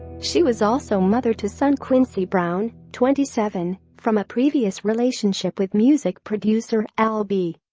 she was also mother to son quincy brown, twenty seven, from a previous relationship with music producer al b